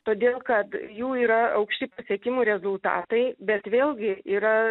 todėl kad jų yra aukšti pasiekimų rezultatai bet vėlgi yra